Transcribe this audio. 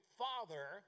father